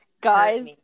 guys